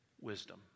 wisdom